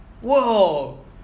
Whoa